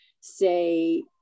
say